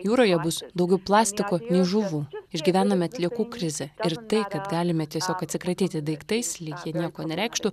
jūroje bus daugiau plastiko žuvų išgyvename atliekų krizę ir tai kad galime tiesiog atsikratyti daiktais lyg jie nieko nereikštų